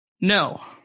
no